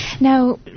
Now